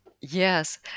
Yes